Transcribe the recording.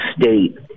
state